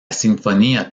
sinfonía